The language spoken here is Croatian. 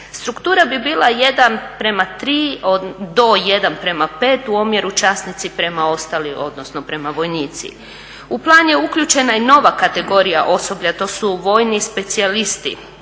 Struktura bi bila 1:3 do 1:5 u omjeru časnici prema vojnici. U plan je uključena i nova kategorija osoblja, to su vojni specijalisti.